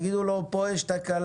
יגידו לו: פה יש תקלה,